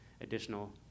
additional